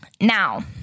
Now